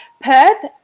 Perth